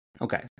Okay